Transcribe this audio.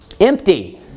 Empty